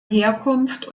herkunft